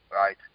right